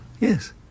Yes